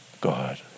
God